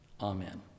Amen